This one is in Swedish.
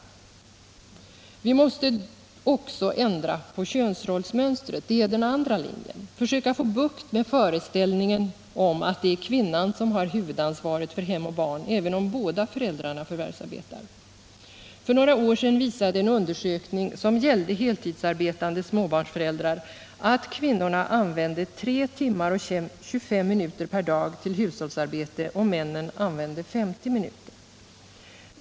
För det andra måste vi också ändra på könsrollsmönstret, försöka få bukt med föreställningen att det är kvinnan som har huvudansvaret för hem och barn även om båda föräldrarna förvärvsarbetar. För några år sedan visade en undersökning som gällde heltidsarbetande småbarnsföräldrar att kvinnorna använde 3 timmar och 25 minuter per dag till hushållsarbete och männen 50 minuter.